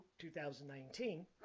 2019